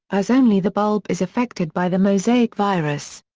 as only the bulb is affected by the mosaic virus.